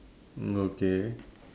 okay